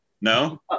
No